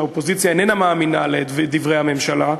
האופוזיציה איננה מאמינה לדברי הממשלה,